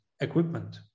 equipment